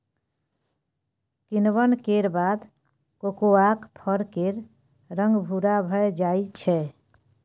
किण्वन केर बाद कोकोआक फर केर रंग भूरा भए जाइ छै